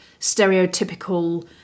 stereotypical